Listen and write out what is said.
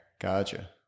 Gotcha